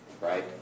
right